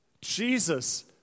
Jesus